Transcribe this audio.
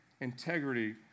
integrity